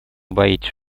боитесь